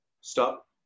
Stop